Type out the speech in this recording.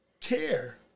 Care